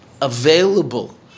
available